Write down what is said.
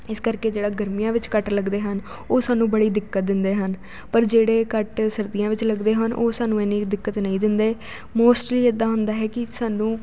ਇਸ ਕਰਕੇ ਜਿਹੜਾ ਗਰਮੀਆਂ ਵਿੱਚ ਕੱਟ ਲੱਗਦੇ ਹਨ ਉਹ ਸਾਨੂੰ ਬੜੀ ਦਿੱਕਤ ਦਿੰਦੇ ਹਨ ਪਰ ਜਿਹੜੇ ਕੱਟ ਸਰਦੀਆਂ ਵਿੱਚ ਲੱਗਦੇ ਹਨ ਉਹ ਸਾਨੂੰ ਇੰਨੀ ਦਿੱਕਤ ਨਹੀਂ ਦਿੰਦੇ ਮੋਸਟਲੀ ਇੱਦਾਂ ਹੁੰਦਾ ਹੈ ਕਿ ਸਾਨੂੰ